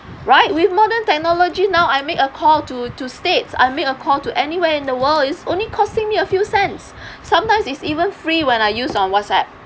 right with modern technology now I make a call to to states I make a call to anywhere in the world it's only costing me a few cents sometimes it's even free when I use on whatsapp